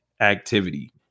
activity